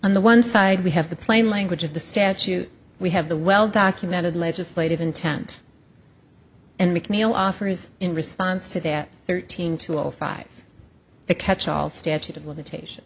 on the one side we have the plain language of the statute we have the well documented legislative intent and mcneil offers in response to that thirteen to all five a catchall statute of limitations